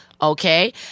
Okay